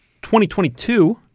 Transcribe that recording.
2022